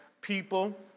people